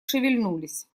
шевельнулись